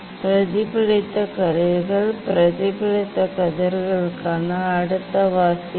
பிரதிபலித்த கதிர்கள் பிரதிபலித்த கதிர்களுக்கான அடுத்த வாசிப்பு